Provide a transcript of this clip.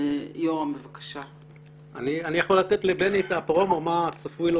אני יכול לתת לבני את הפרומו ולומר לו מה צפוי לו